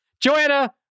Joanna